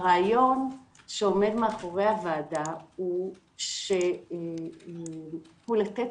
הרעיון שעומד מאחורי הוועדה הוא שיוכלו לתת